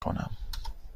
کنم